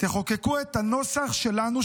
תחוקקו את הנוסח שלנו,